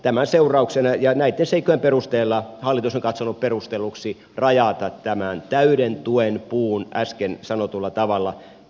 tämän seurauksena ja näitten seikkojen perusteella hallitus on katsonut perustelluksi rajata tämän täyden tuen puun äsken sanotulla tavalla